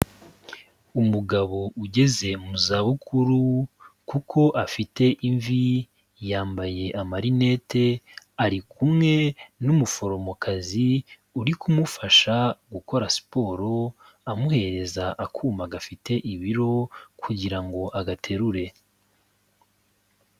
Umugabo ugeze mu zabukuru kuko afite imvi, yambaye amarinete, ari kumwe n'umuforomokazi, uri kumufasha gukora siporo amuhereza akuma gafite ibiro, kugira ngo agaterure.